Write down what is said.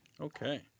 Okay